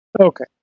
Okay